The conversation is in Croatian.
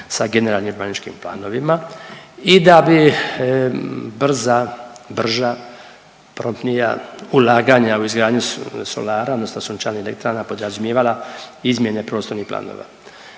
sa generalnim urbaničkim planovima i da bi brza, brža, promptnija ulaganja u izgradnju solara odnosno sunčanih elektrana podrazumijevala izmjene prostornih planova,